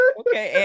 okay